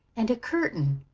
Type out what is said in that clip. and a curtain,